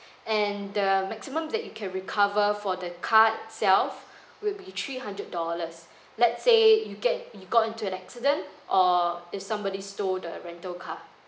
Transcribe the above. and the maximum that you can recover for the car itself would be three hundred dollars let's say you get you got into an accident or if somebody stole the rental car